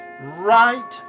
right